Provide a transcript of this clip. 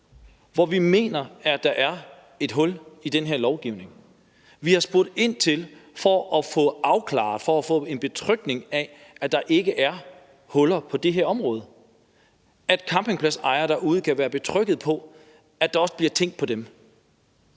for vi mener, der er et hul på det område i den her lovgivning. Vi har spurgt ind til det for at få det afklaret og for at være sikre på, at der ikke er huller på det her område, altså så campingpladsejere derude kan være betrygget af, at der også bliver tænkt på dem.